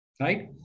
Right